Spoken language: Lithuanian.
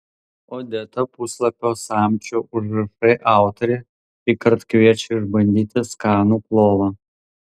odeta puslapio samčio užrašai autorė šįkart kviečia išbandyti skanų plovą